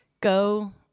go